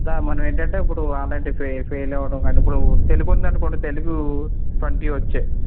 దా మనం ఏంటి అంటే ఇప్పడు అలాంటి ఫెయిల్ అవ్వడం కానీ ఇప్పడు తెలుగు ఉంది అనుకోండి తెలుగు ట్వెంటీ వచ్చాయి